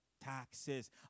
taxes